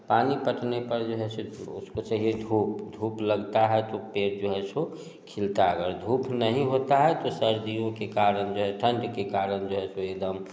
पानी पटने पर जो है सो उसको चाहिए उसको चाहिए धूप धूप लगता है तो पेड़ जो है सो खिलता है अगर धूप नहीं होता है तो सर्दियों के कारण जो है ठंड के कारण जो है सो